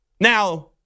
Now